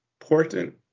important